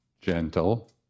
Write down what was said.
gentle